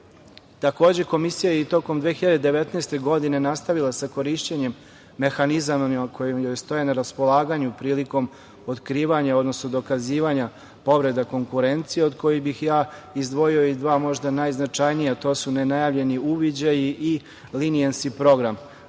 godinu. Takođe, Komisija je i tokom 2019. godine nastavila sa korišćenjem mehanizama koji joj stoje na raspolaganju prilikom otkrivanja, odnosno dokazivanja povreda konkurencije, od kojih bih ja izdvojio i dva možda najznačajnija, a to su nenajavljeni uviđaji i "leniency“